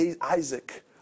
Isaac